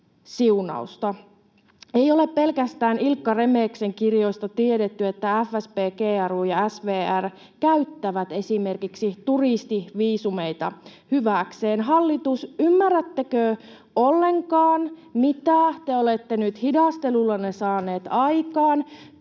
Ei tiedetä pelkästään Ilkka Remeksen kirjoista, että FSB, GRU ja SVR käyttävät esimerkiksi turistiviisumeita hyväkseen. Hallitus, ymmärrättekö ollenkaan, mitä te olette nyt hidastelullanne saaneet aikaan?